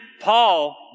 Paul